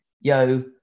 yo